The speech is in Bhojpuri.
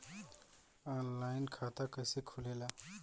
आनलाइन खाता कइसे खुलेला?